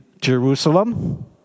Jerusalem